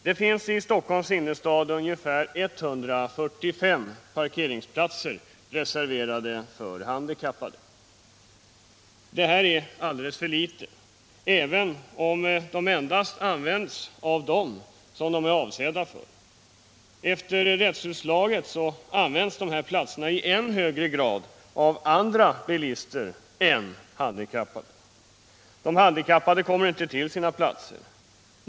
Det finns i Stockholms innerstad ungefär 145 parkeringsplatser reserverade för handikappade. Detta är alldeles för litet, även om dessa parkeringsplatser endast används av dem som de är avsedda för. Efter rättsutslaget används dessa platser i än högre grad av andra bilister än handikappade. De handikappade kommer inte åt sina platser.